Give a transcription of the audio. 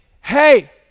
hey